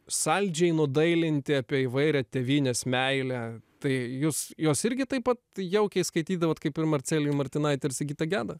saldžiai nudailinti apie įvairią tėvynės meilę tai jūs juos irgi taip pat jaukiai skaitydavot kaip ir marcelijų martinaitį ir sigitą gedą